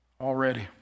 already